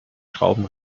schrauben